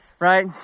right